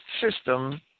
system